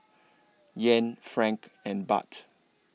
Yen Franc and Baht